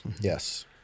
Yes